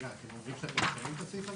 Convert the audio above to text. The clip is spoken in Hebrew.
רגע, אתם אומרים שאתם משאירים את הסעיף הזה?